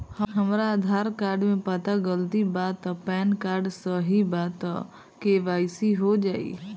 हमरा आधार कार्ड मे पता गलती बा त पैन कार्ड सही बा त के.वाइ.सी हो जायी?